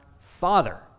Father